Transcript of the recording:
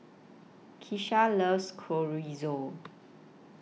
Keisha loves Chorizo